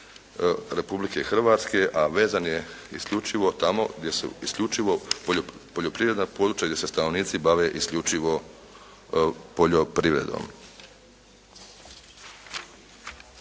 Republike Hrvatske a vezan je isključivo tamo gdje su isključivo poljoprivredna područja gdje se stanovnici bave isključivo poljoprivredom.